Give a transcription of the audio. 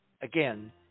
again